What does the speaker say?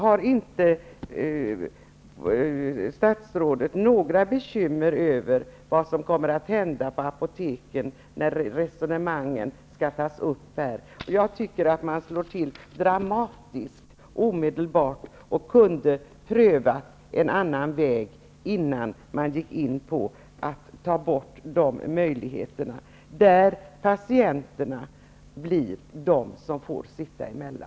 Har inte statsrådet några bekymmer över vad som kommer att hända på apoteken när dessa resonemang kommer att tas upp där? Jag tycker att man slår till dramatiskt och omedelbart. Man kunde pröva en annan väg innan man tog bort dessa möjligheter. De som får sitta emellan blir patienterna.